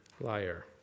liar